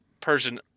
Persian